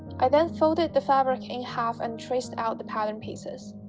i then folded the fabric in half and traced out the pattern pieces